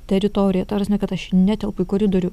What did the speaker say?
teritoriją ta prasme kad aš netelpu į koridorių